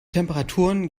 temperaturen